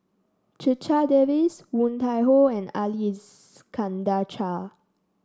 Checha Davies Woon Tai Ho and Ali Iskandar Shah